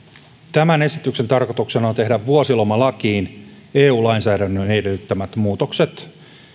tämän esityksen tarkoituksena on tehdä vuosilomalakiin eu lainsäädännön edellyttämät muutokset